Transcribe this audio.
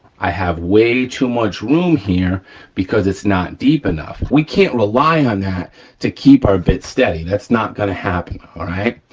i have way too much room here because it's not deep enough. we can't rely on that to keep our bit steady, that's not gonna happen, all right.